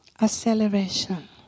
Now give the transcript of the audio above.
acceleration